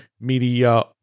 media